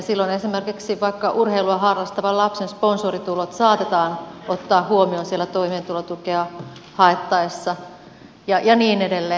silloin esimerkiksi urheilua harrastavan lapsen sponsoritulot saatetaan ottaa huomioon toimeentulotukea haettaessa ja niin edelleen